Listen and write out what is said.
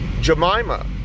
Jemima